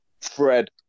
Fred